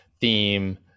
theme